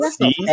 See